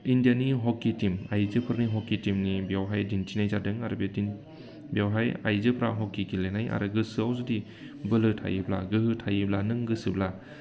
इण्डियानि hockey team आइजोफोरनि hockey टीमनि बेवहाय दिन्थिनाय जादों आरो बेवहाय आइजोफ्रा हकि गेलेनाय आरो गोसोआव जुदि बोलो थायोब्ला गोहो थायोब्ला नों गोसोब्ला